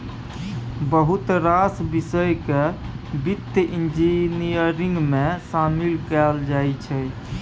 बहुत रास बिषय केँ बित्त इंजीनियरिंग मे शामिल कएल जाइ छै